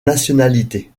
nationalité